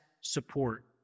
support